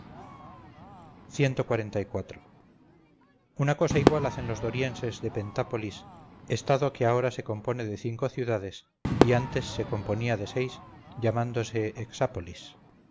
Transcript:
esmirna una cosa igual hacen los dorienses de pentápolis estado que ahora se compone de cinco ciudades y antes se componía de seis llamándose